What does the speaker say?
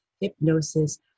Hypnosis